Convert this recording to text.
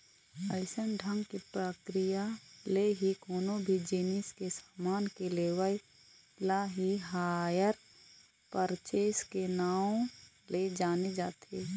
अइसन ढंग के प्रक्रिया ले ही कोनो भी जिनिस के समान के लेवई ल ही हायर परचेस के नांव ले जाने जाथे